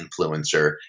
influencer